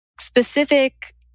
specific